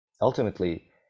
ultimately